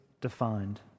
defined